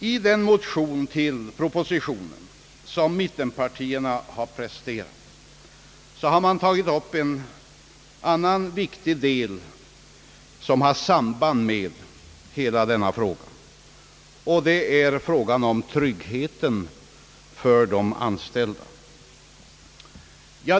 I den motion som mittenpartierna har presenterat i anledning av propositionen har de tagit upp en annan viktig angelägenhet, som har samband med denna fråga, nämligen tryggheten för de anställda.